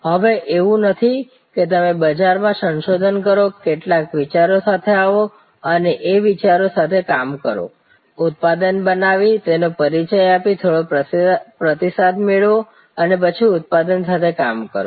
હવે એવું નથી કે તમે બજાર માં સંશોધન કરો કેટલાક વિચારો સાથે આવોઅને એ વિચારો સાથે કામ કરો ઉત્પાદન બનાવી એનો પરિચય આપી થોડો પ્રતિસાદ મેળવો અને પછી ઉત્પાદન સાથે કામ કરો